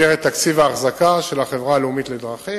היום.